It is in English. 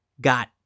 Got